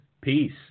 Peace